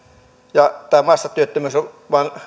ja tämä massatyöttömyys on vain